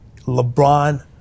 LeBron